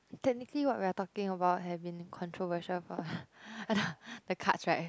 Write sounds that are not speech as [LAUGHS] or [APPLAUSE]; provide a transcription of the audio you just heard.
technically what we are talking about have been controversial for [LAUGHS] the the cards right